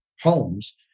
homes